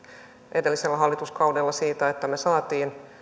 edellisellä hallituskaudella siitä että me saimme